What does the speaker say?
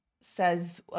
says